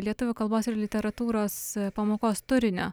lietuvių kalbos ir literatūros pamokos turinio